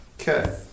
Okay